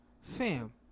Fam